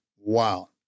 wow